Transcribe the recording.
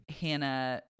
Hannah